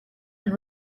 and